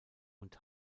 und